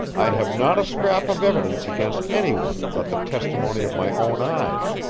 i have not a scrap of evidence against any one but the testimony of my own eyes,